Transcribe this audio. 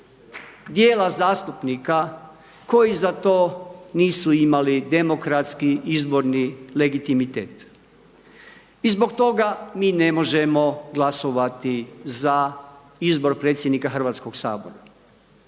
djela zastupnika koji za to nisu imali demokratski izborni legitimitet. I zbog toga mi ne možemo glasovati za izbor predsjednika Hrvatskoga sabora.